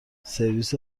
سرویس